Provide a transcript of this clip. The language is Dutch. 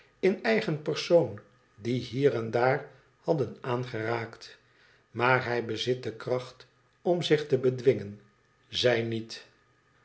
in eigen persoon dien hier en daar hadden aangeraakt maar hij bezit de kracht om zich te bedwingen zij niet